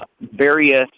various